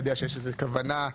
או כוונה,